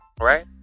Right